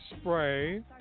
spray